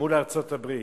מול ארצות-הברית.